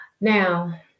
Now